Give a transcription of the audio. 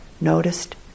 noticed